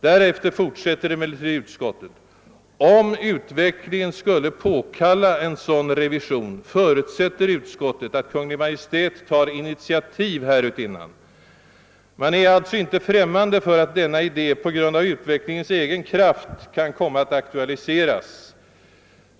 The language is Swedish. Därefter fortsätter emellertid utskottet: »Om utvecklingen skulle påkalla en sådan revision förutsätter utskottet att Kungl. Maj:t tar initiativ härutinnan.« Man är alltså inte främmande för att denna idé på grund av utvecklingens egen kraft kan komma att aktualiseras.